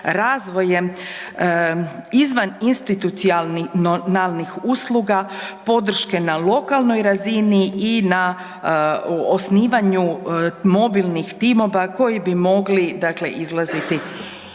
razvojem izvan institucionalnih usluga, podrške na lokalnoj razini i na osnivanju mobilnih timova koji bi mogli dakle